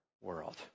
world